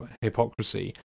hypocrisy